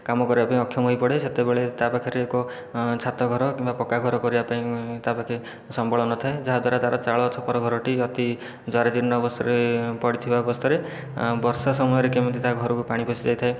କାମ କରିବା ପାଇଁ ଅକ୍ଷମ ହୋଇ ପଡ଼େ ସେତେବେଳେ ତା ପାଖରେ ଏକ ଛାତ ଘର କିମ୍ବା ପକ୍କା ଘର କରିବା ପାଇଁ ତା ପାଖେ ସମ୍ବଳ ନଥାଏ ଯାହା ଦ୍ଵାରା ତା'ର ଚାଳ ଛପର ଘରଟି ଅତି ଜରାଜୀର୍ଣ୍ଣ ଅବସ୍ଥାରେ ପଡ଼ିଥିବା ଅବସ୍ଥାରେ ବର୍ଷା ସମୟରେ କେମିତି ତା ଘରକୁ ପାଣି ପଶିଯାଇଥାଏ